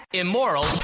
immoral